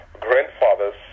grandfathers